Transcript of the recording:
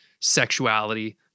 sexuality